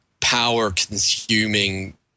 power-consuming